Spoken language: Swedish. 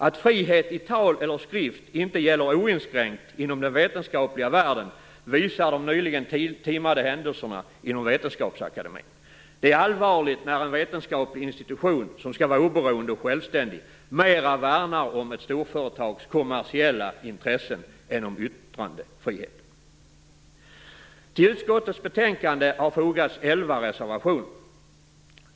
Att frihet i tal eller skrift inte gäller oinskränkt inom den vetenskapliga världen visar de nyligen timade händelserna inom Vetenskapsakademien. Det är allvarligt när en vetenskaplig institution, som skall vara oberoende och självständig, mera värnar om ett storföretags kommersiella intressen än om yttrandefriheten. Till utskottets betänkande har fogats 11 reservationer.